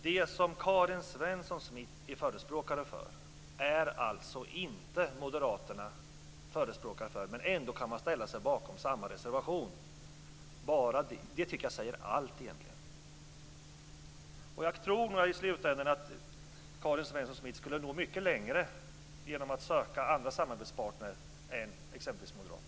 Det som Karin Svensson Smith är förespråkare för är alltså inte moderaterna förespråkare för. Ändå kan man ställa sig bakom samma reservation. Det tycker jag egentligen säger allt. Jag tror nog i slutändan att Karin Svensson Smith skulle nå mycket längre genom att söka andra samarbetspartner än exempelvis moderaterna.